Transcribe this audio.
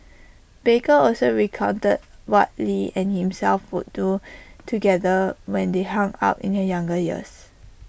baker also recounted what lee and himself would do together when they hung out in he younger years